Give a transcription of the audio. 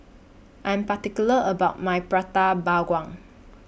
I Am particular about My Prata Bawang